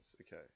Okay